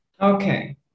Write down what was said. Okay